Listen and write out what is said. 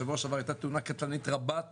בשבוע שעבר הייתה תאונה קטלנית רבת נפגעים.